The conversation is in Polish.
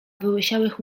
wyłysiałych